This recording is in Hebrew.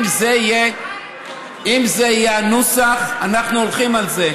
אם זה יהיה הנוסח אנחנו הולכים על זה,